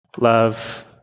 love